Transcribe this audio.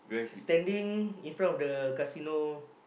standing in front of the casino